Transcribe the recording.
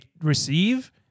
receive